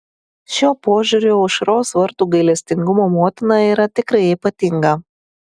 šiuo požiūriu aušros vartų gailestingumo motina yra tikrai ypatinga